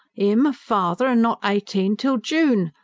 im a father, and not eighteen till june!